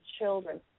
children